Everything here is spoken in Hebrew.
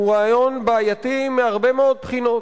שאותן רוצים להעביר במקשה אחת ביום האחרון של המושב,